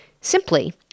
Simply